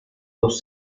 los